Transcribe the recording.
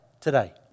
today